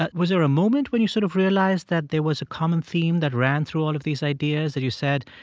was there a moment when you sort of realized that there was a common theme that ran through all of these ideas that you said,